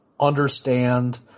understand